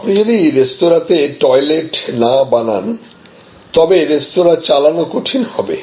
আপনি যদি রেস্তোরাঁতে টয়লেট না বানান তবে রেস্তোরাঁ চালানো কঠিন হবে